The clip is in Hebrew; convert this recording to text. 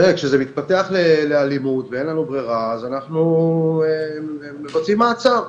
כשזה מתפתח לאלימות ואין לנו ברירה אנחנו מבצעים מעצר,